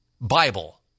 Bible